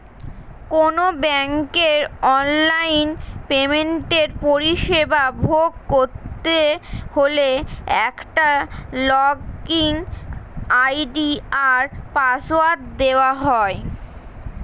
কোনো ব্যাংকের অনলাইন পেমেন্টের পরিষেবা ভোগ করতে হলে একটা লগইন আই.ডি আর পাসওয়ার্ড দেওয়া হয়